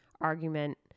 argument